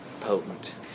potent